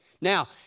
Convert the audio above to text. Now